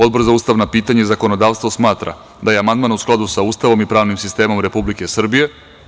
Odbor za ustavna pitanja i zakonodavstvo smatra da je amandman u skladu sa Ustavom i pravnim sistemom Republike Srbije.